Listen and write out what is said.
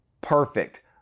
perfect